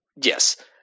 yes